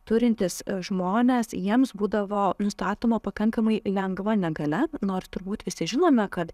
turintys žmonės jiems būdavo nustatoma pakankamai lengva negalia nors turbūt visi žinome kad